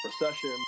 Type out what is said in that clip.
recession